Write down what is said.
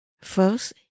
First